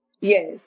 Yes